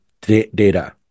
data